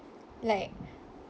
like